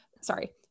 sorry